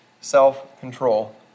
self-control